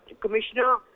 commissioner